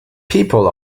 people